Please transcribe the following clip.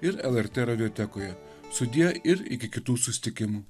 ir lrt radiotekoje sudie ir iki kitų susitikimų